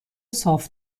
صاف